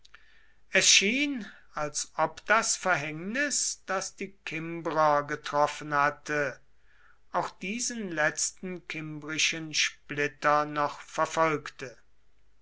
schien als ob das verhängnis das die kimbrer betroffen hatte auch diesen letzten kimbrischen splitter noch verfolge